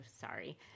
sorry